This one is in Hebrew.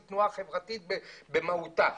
שהיא תנועה חברתית במהותה,